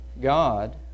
God